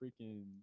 freaking